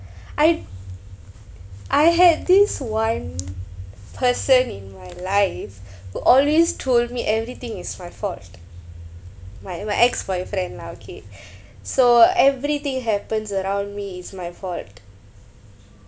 I I had this one person in my life will always told me everything is my fault my my ex-boyfriend lah okay so everything happens around me is my fault